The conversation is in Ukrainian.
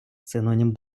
синонім